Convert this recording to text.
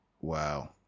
Wow